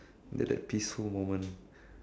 that that peaceful moment